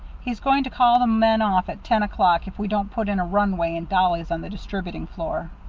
he's going to call the men off at ten o'clock if we don't put in a runway and dollies on the distributing floor.